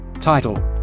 title